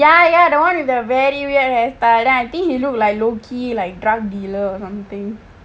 ya ya the [one] with the very weird hair I think he look like low key like drug dealer or something